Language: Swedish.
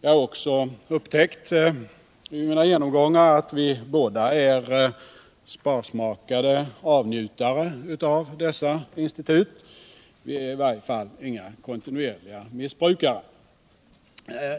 Jag har också upptäckt vid mina genomgångar att vi båda är sparsmakade avnjutare av dessa institut. Vi är i varje fall inga kontinuerliga missbrukare.